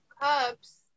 Cups